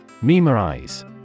Memorize